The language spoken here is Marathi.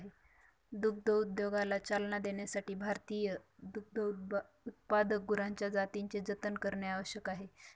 दुग्धोद्योगाला चालना देण्यासाठी भारतीय दुग्धोत्पादक गुरांच्या जातींचे जतन करणे आवश्यक आहे